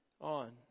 on